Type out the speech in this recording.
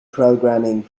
programming